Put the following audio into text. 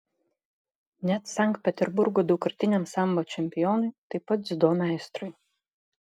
net sankt peterburgo daugkartiniam sambo čempionui taip pat dziudo meistrui